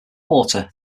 water